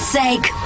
sake